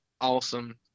awesome